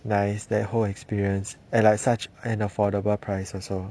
nice that whole experience and like such an affordable price also